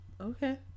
okay